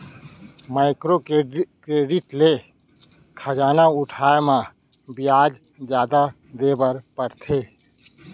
micro credit ले खरजा उठाए म बियाज जादा देबर परथे